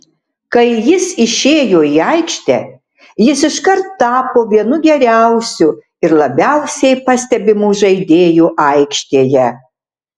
kai jis išėjo į aikštę jis iškart tapo vienu geriausiu ir labiausiai pastebimu žaidėju aikštėje